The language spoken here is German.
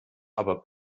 aber